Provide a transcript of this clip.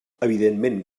evidentment